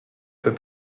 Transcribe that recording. peu